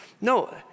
No